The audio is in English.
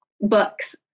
books